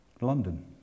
London